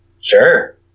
Sure